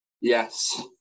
yes